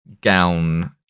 Gown